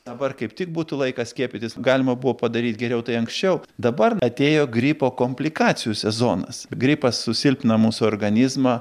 dabar kaip tik būtų laikas skiepytis galima buvo padaryti geriau tai anksčiau dabar atėjo gripo komplikacijų sezonas gripas susilpnina mūsų organizmą